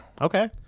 okay